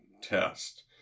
test